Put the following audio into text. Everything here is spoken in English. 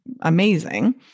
amazing